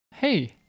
hey